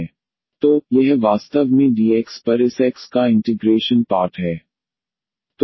तो यह वास्तव में dx पर इस x का इंटिग्रेशन पार्ट है